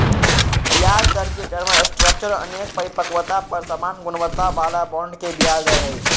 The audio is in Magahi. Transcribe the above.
ब्याजदर के टर्म स्ट्रक्चर अनेक परिपक्वता पर समान गुणवत्ता बला बॉन्ड के ब्याज दर हइ